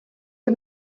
you